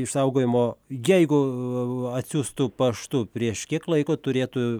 išsaugojimo jeigu atsiųstų paštu prieš kiek laiko turėtų